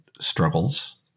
struggles